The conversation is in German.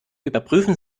überprüfen